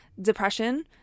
depression